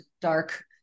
dark